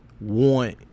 want